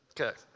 Okay